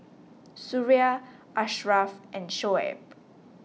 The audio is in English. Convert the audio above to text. Suria Ashraf and Shoaib